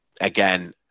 again